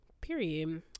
Period